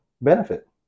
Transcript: benefit